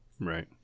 Right